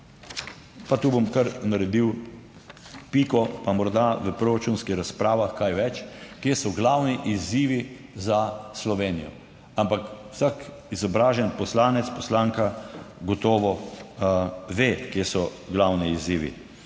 pa tu bom kar naredil piko, pa morda v proračunskih razpravah kaj več, kje so glavni izzivi za Slovenijo. Ampak vsak izobražen poslanec, poslanka gotovo ve kje so glavni izzivi.